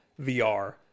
VR